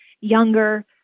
younger